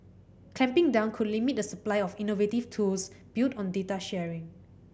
clamping down could limit the supply of innovative tools built on data sharing